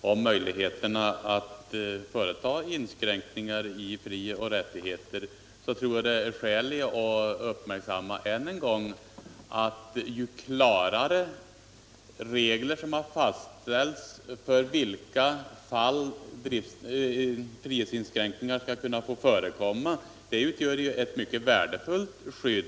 om möjligheterna att företa en inskränkning i frioch rättigheterna som justitieministern uppehåller sig vid tror jag det är skäl i att än en gång uppmärksamma att klarare regler för i vilka fall frihetsinskränkningar skall få förekomma är ett mycket värdefullt skydd.